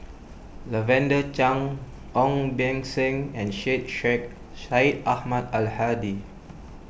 Lavender Chang Ong Beng Seng and Syed Sheikh Syed Ahmad Al Hadi